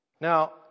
Now